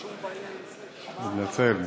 מתנצל.